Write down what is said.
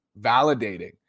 validating